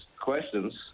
questions